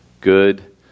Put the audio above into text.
Good